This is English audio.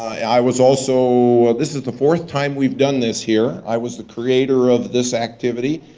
i was also, this is the fourth time we've done this here. i was the curator of this activity,